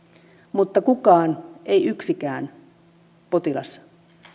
mutta ei kukaan ei yksikään potilas